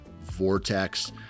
vortex